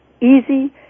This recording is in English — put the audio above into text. easy